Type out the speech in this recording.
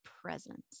presence